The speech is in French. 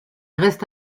reste